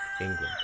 England